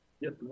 Yes